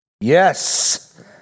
Yes